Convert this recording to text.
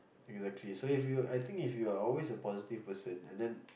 you're actually so if you're I think if you are always a positive person and then